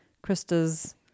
krista's